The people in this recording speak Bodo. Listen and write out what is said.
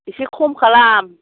एसे खम खालाम